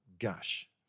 Gush